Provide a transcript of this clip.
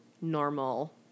normal